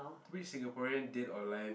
which Singaporean dead or alive